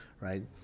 Right